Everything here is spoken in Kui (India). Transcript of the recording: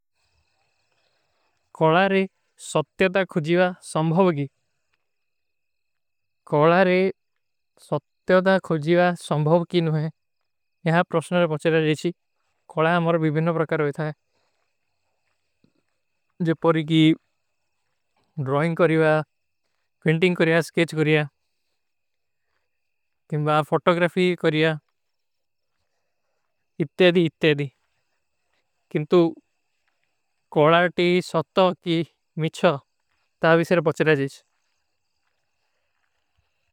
କୋଲାରେ ସତ୍ଯୋଦା ଖୁଜୀଵା ସମଭଵ କୀ। ଯହାଁ ପ୍ରୋଶନର ପୁଛରେ ଜୈଚୀ। କୋଲା ଅମର ଭୀବୀନୋଂ ପ୍ରକାରୋଂ ହୈ ଥାଈ। ଜୋ ପୋରୀ କୀ ଡ୍ରଇଂଗ କରୀଵା, କିଂଟିଂଗ କରିଯା, ସ୍କେଚ କରିଯା, କିମ୍ବା, ଫୋଟୋଗ୍ରାଫୀ କରିଯା, ଇତ୍ତେ ଅଧୀ, ଇତ୍ତେ ଅଧୀ। କିଂଟୁ କୋଲାରେ ଟୀ ସତ୍ଯୋଦା ଖୁଜୀଵା ସମଭଵ କୀ। ତା ଵୀସେର ପୁଛରେ ଜୈଚୀ।